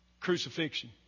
crucifixion